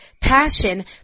passion